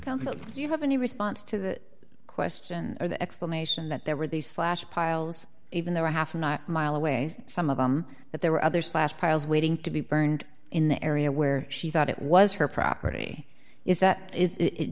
when you have any response to that question or the explanation that there were these last piles even there half a mile away some of them that there were other slash piles waiting to be burned in the area where she thought it was her property is that is it